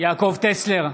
יעקב טסלר,